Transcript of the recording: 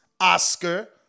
Oscar